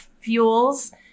fuels